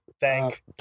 thank